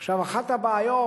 עכשיו, אחת הבעיות,